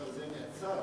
עכשיו זה נעצר.